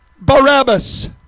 Barabbas